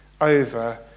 over